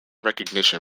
recognition